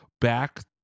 back